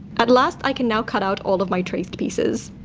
at last i can now cut out all of my traced pieces.